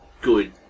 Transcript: good